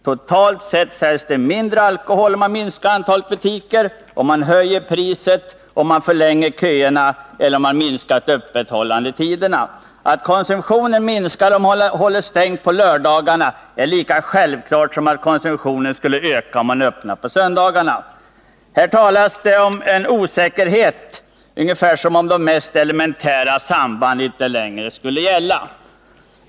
Totalt sett säljs det mindre alkohol om man minskar antalet butiker, om man höjer priset, om man förlänger köerna eller om man minskar öppethållandetiderna. Att konsumtionen minskar om man håller stängt på lördagarna är lika självklart som att konsumtionen skulle öka om man höll öppet på söndagarna. Här talas det om osäkerhet, ungefär som om de mest elementära sambanden inte längre skulle gälla.